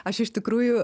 aš iš tikrųjų